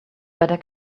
better